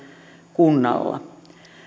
kunnalla